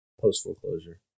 post-foreclosure